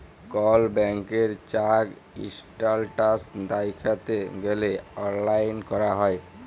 call ব্যাংকের check status দ্যাইখতে গ্যালে অললাইল ক্যরা যায়